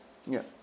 ya